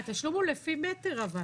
התשלום הוא לפי מטר.